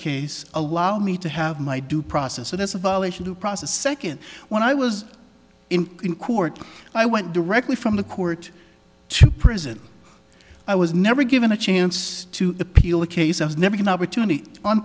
case allow me to have my due process so there's a violation due process second when i was in court i went directly from the court to prison i was never given a chance to appeal a case i was never an opportunity on